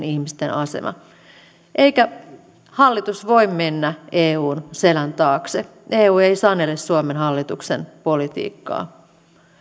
ihmisten asema eikä hallitus voi mennä eun selän taakse eu ei sanele suomen hallituksen politiikkaa